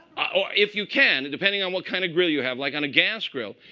ah if you can, depending on what kind of grill you have. like on a gas grill,